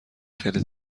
خیلی